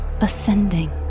ascending